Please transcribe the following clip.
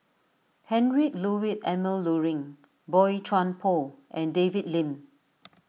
Heinrich Ludwig Emil Luering Boey Chuan Poh and David Lim